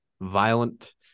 violent